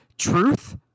truth